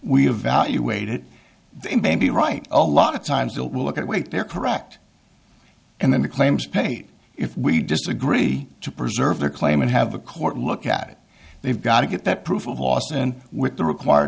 we evaluate it they may be right a lot of times it will look at weight they're correct and then the claims paid if we disagree to preserve their claim and have a court look at it they've got to get that proof of loss and with the require